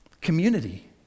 community